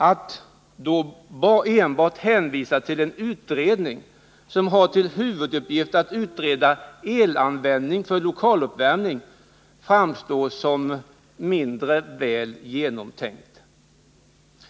Att då enbart hänvisa till en utredning som har till huvuduppgift att utreda elanvändningen för lokaluppvärmning framstår som mindre väl genomtänkt.